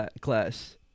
class